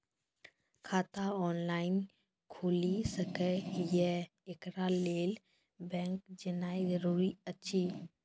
खाता ऑनलाइन खूलि सकै यै? एकरा लेल बैंक जेनाय जरूरी एछि?